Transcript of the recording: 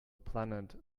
planet